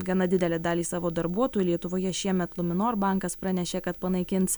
gana didelę dalį savo darbuotojų lietuvoje šiemet luminor bankas pranešė kad panaikins